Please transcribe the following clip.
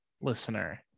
listener